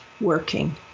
working